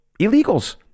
illegals